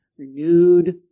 renewed